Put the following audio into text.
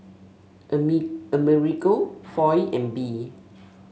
Amerigo Foy and Bee